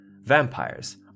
Vampires